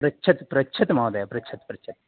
पृच्छतु पृच्छतु महोदय पृच्छतु पृच्छतु